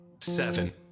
seven